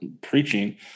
preaching